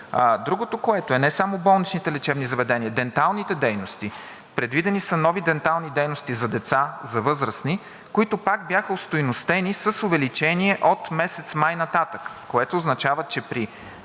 Другото, което е – не само болничните лечебни заведения, а и денталните дейности. Предвидени са нови дентални дейности за дете, за възрастни, които пак бяха остойностени с увеличението от месец май нататък, което означава, че при